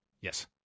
Yes